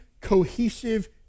cohesive